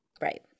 Right